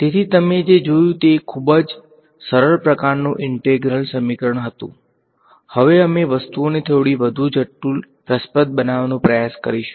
તેથી તમે જે જોયું તે એક ખૂબ જ સરળ પ્રકારનું ઈંટેગ્રલ સમીકરણ હતું હવે અમે વસ્તુઓને થોડી વધુ રસપ્રદ બનાવવાનો પ્રયાસ કરીશું